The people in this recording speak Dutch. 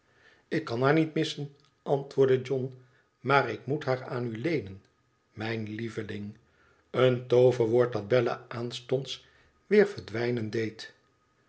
ik kan haar niet missen antwoordde john maar ik moet haar aan u leenen mijne lieveling i een tooverwoord dat bella aanstonds weer verdwijnen deed